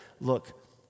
look